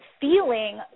feeling